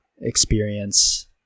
experience